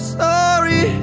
sorry